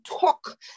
talk